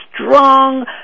strong